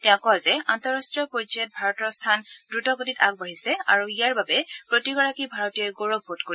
তেওঁ কয় যে আন্তঃৰাষ্টীয় পৰ্যায়ত ভাৰতৰ স্থান যেতিয়া দ্ৰুতগতিত আগবাঢ়ি আছে আৰু ইয়াৰ বাবে প্ৰতিগৰাকী ভাৰতীয়ই গৌৰৱ বোধ কৰিব